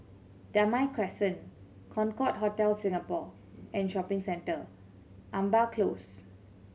Damai Crescent Concorde Hotel Singapore and Shopping Centre Amber Close